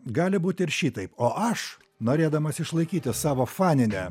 gali būti ir šitaip o aš norėdamas išlaikyti savo faninę